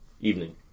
Evening